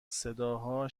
صداها